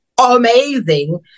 amazing